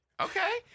Okay